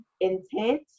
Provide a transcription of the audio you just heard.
intent